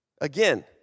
Again